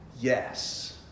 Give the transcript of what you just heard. yes